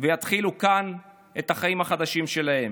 ויתחילו כאן את החיים החדשים שלהם.